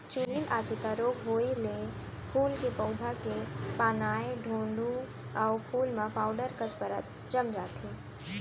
चूर्निल आसिता रोग होउए ले फूल के पउधा के पानाए डोंहड़ू अउ फूल म पाउडर कस परत जम जाथे